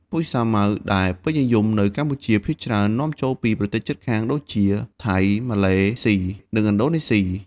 ពូជសាវម៉ាវដែលពេញនិយមនៅកម្ពុជាភាគច្រើននាំចូលពីប្រទេសជិតខាងដូចជា ថៃ ម៉ាឡេ និងឥណ្ឌូនេស៊ី។